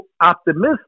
optimistic